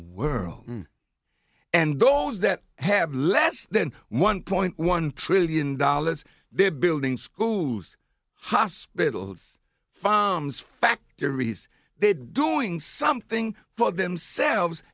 world and those that have less than one point one trillion dollars they're building schools hospitals fons factories doing something for themselves